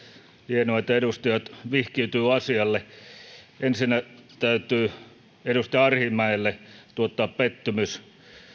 hienoa että edustajat vihkiytyvät asialle ensinnä täytyy edustaja arhinmäelle tuottaa pettymys